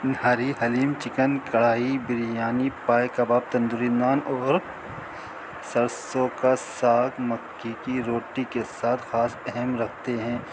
ہری haleem chicken kadhai biryani پائے کباب تندوری نان اور سرسوں کا ساگ مکی کی روٹی کے ساتھ خاص اہم رکھتے ہیں